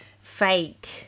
fake